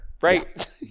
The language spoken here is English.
right